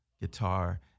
guitar